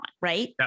right